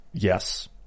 Yes